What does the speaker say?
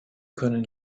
können